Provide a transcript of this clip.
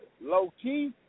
low-key